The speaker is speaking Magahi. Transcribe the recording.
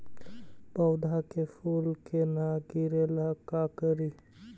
पौधा के फुल के न गिरे ला का करि?